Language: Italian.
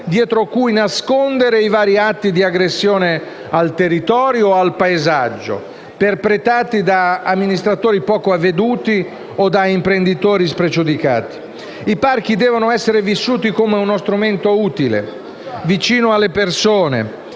dietro cui nascondere i vari atti di aggressione al territorio e al paesaggio perpetrati da amministratori poco avveduti o da imprenditori spregiudicati. I parchi devono essere vissuti come uno strumento utile, vicino alle persone,